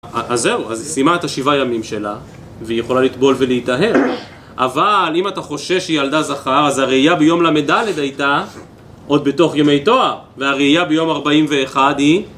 אז זהו, אז היא סיימה את השבעה ימים שלה, והיא יכולה לטבול ולהיטהר. אבל אם אתה חושש שהיא ילדה זכר, אז הראייה ביום ל"ד הייתה עוד בתוך ימי טוהר, והראייה ביום 41 היא